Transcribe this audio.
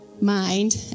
mind